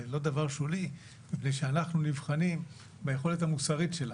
זה לא דבר שולי מפני שאנחנו נבחנים ביכולת המוסרית שלנו,